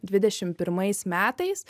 dvidešim pirmais metais